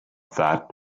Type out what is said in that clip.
that